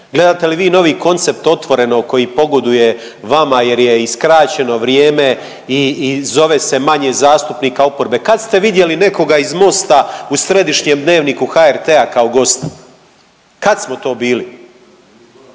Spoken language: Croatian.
gledate li vi novi koncept Otvorenog koji pogoduje vama jer je i skraćeno vrijeme i zove se manje zastupnika oporbe? Kad ste vidjeli nekoga iz Mosta u središnjem Dnevniku HRT-a kao gosta? Kad smo to bili?